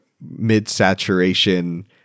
mid-saturation